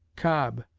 cobb,